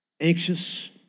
anxious